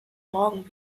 morgen